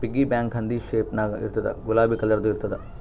piggy bank ಹಂದಿ shape ನಾಗ್ ಇರ್ತುದ್ ಗುಲಾಬಿ ಕಲರ್ದು ಇರ್ತುದ್